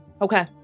Okay